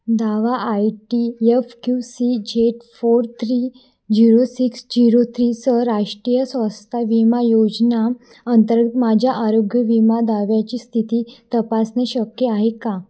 दावा IT F Q C Z four three zero six zero थ्रीसह राष्ट्रीय स्वस्थ विमा योजना अंतर्गत माझ्या आरोग्य विमा दाव्याची स्थिती तपासणे शक्य आहे का